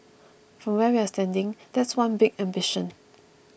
from where we're standing that is one big ambition